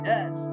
Yes